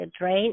right